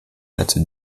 dazu